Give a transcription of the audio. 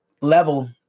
level